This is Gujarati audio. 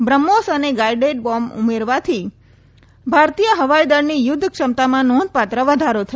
બ્રહ્મોસ અને ગાઇડેડ બોમ્બ ઉમેરાવાથી ભારતીય હવાઈ દળની યુદ્ધ ક્ષમતામાં નોંધપા વધારો થયો છે